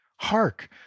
hark